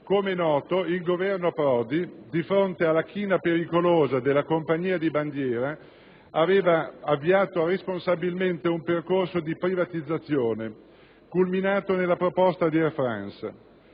Com'è noto, il Governo Prodi, di fronte alla china pericolosa della compagnia di bandiera, aveva avviato responsabilmente un percorso di privatizzazione, culminato nella proposta di Air France,